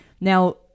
now